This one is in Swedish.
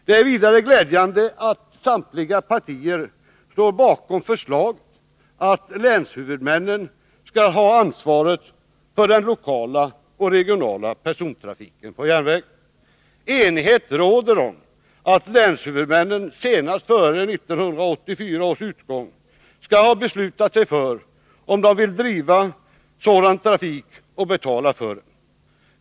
Det är vidare glädjande att samtliga partier står bakom förslaget att länshuvudmännen skall överta ansvaret för den lokala och regionala persontrafiken på järnvägen. Enighet råder om att länshuvudmännen senast före 1984 års utgång skall ha beslutat sig för om de vill driva sådan trafik och betala för den.